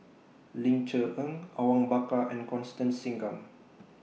Ling Cher Eng Awang Bakar and Constance Singam